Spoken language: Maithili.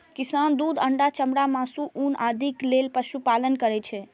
किसान दूध, अंडा, चमड़ा, मासु, ऊन आदिक लेल पशुपालन करै छै